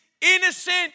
innocent